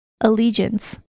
Allegiance